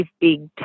big